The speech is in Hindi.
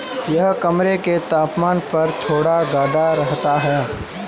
यह कमरे के तापमान पर थोड़ा गाढ़ा रहता है